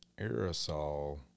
aerosol